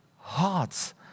hearts